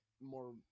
more